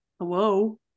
hello